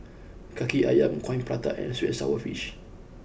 Kaki Ayam Coin Prata and Sweet and Sour Fish